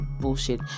bullshit